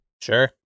Sure